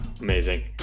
Amazing